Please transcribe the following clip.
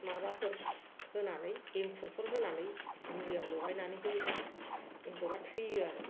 माबाफोर होनानै एंखुरफोर होनानै मुलियाव लगायनानै होयोबा एन्जरा थैयो आरो